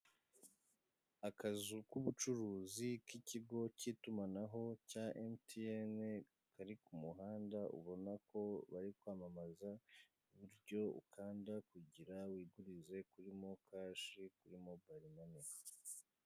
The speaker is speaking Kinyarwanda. Akazi k'ubucuruzi k'ikigo cya'itumanaho cya MTN Kari kumuhanda ubonako bari kwamamaza uburyo ukanda kugirango wigurize kuri mokashi, kuri mobayilo Mani.